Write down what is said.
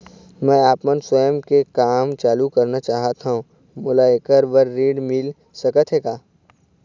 मैं आपमन स्वयं के काम चालू करना चाहत हाव, मोला ऐकर बर ऋण मिल सकत हे का?